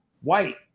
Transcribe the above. white